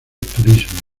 turismo